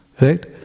Right